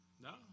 No